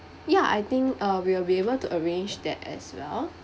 ya I think uh we'll be able to arrange that as well